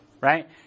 right